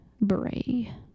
Bray